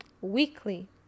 Weekly